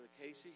Casey